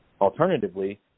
alternatively